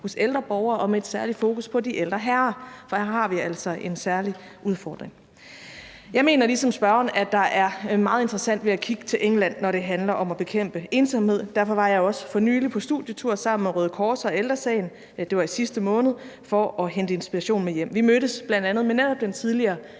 hos ældre borgere, og med et særligt fokus på de ældre herrer, for her har vi altså en særlig udfordring. Jeg mener ligesom spørgeren, at der er meget interessant ved at kigge til England, når det handler om at bekæmpe ensomhed, og derfor var jeg også for nylig på studietur sammen med Røde Kors og Ældre Sagen – det var i sidste måned – for at hente inspiration med hjem. Vi mødtes bl.a. med netop den tidligere